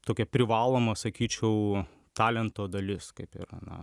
tokia privalomo sakyčiau talento dalis kaip ir na